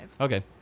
Okay